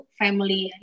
family